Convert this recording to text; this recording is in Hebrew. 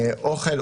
אוכל,